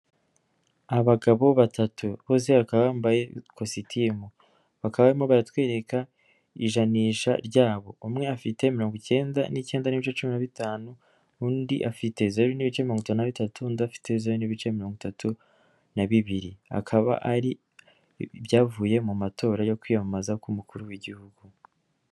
Abagabo batatu bose bakaba bambaye ikositimu baka barimo baratwereka ijanisha ryabo, umwe afite mirongo icyenda n'icyenda n'ibice cumi na bitanu, undi afite zeru n'ibice mirongo itanu n'abitatu undi afite zeru n'ibice mirongo itatu na bibiri akaba ari ibyavuye mu matora yo kwiyamamaza k'umukuru w'igihugu.